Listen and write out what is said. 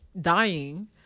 dying